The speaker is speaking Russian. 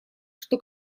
что